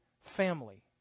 family